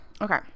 Okay